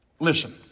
Listen